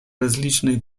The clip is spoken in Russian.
различные